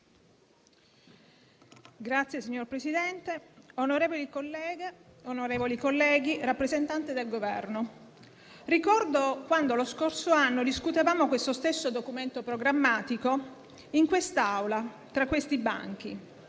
onorevoli colleghe, onorevoli colleghi, rappresentante del Governo, ricordo quando lo scorso anno discutevamo questo stesso documento programmatico in quest'Aula, tra questi banchi;